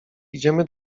idziemy